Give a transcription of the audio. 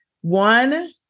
One